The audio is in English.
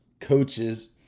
coaches